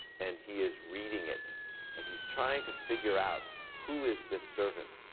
and he is reading it and he's trying to figure out, who is this servant?